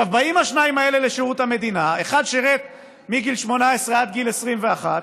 באים השניים האלה לשירות המדינה: אחד שירת מגיל 18 עד גיל 21,